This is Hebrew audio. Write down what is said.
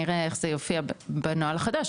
נראה איך זה יופיע בנוהל החדש,